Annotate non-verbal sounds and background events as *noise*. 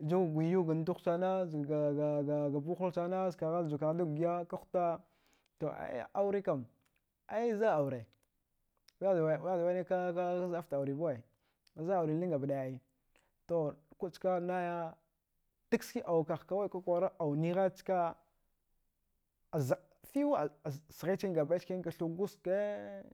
Jugwi yauga ndugh sana zgaga ga ga gabohol sana skagha juwakagh da guya ka huta toai aurekam aizɗa aure wiyahda wiyahda wanika kakazɗaftaure bawezɗa aure liling gabɗai ai to kuɗchka nayidukski aukagh kawai kwakwara aunigha ska *hesitation* fiw asghaichkani gabɗai chkine ga thu gwaskee